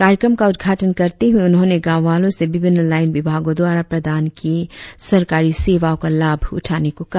कार्यक्रम का उद्घाटन करते हुए उन्होंने गांव वालों से विभिन्न लाईन विभागों द्वारा प्रदान किए सरकारों सेवाओं का लाभ उठाने को कहा